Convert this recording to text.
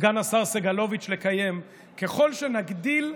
סגן השר סגלוביץ' ככל שנגדיל,